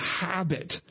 habit